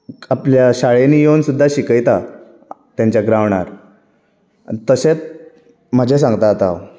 आपल्या शाळेंनी येवून सुद्द शिकयतात तेंच्या ग्रांवड्रार तशेंच म्हजें सांगता आतां हांव